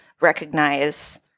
recognize